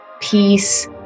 peace